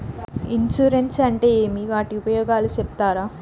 Insurance అంటే ఏమి? వాటి ఉపయోగాలు సెప్తారా?